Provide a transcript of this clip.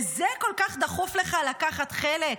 בזה כל כך דחוף לך לקחת חלק?